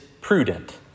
prudent